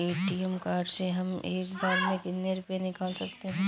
ATM card से हम एक बार में कितने रुपये निकाल सकते हैं?